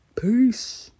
Peace